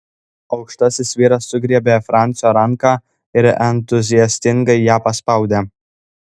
aukštasis vyras sugriebė francio ranką ir entuziastingai ją paspaudė